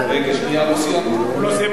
שנייה, לא סיימתי.